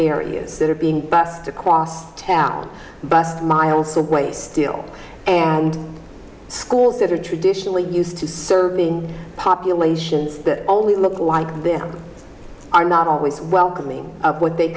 areas that are being bused or quasi tower bussed miles away still and schools that are traditionally used to serving populations that only look like them are not always welcoming of what they